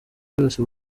byose